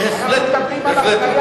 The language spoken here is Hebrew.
ודאי שכן.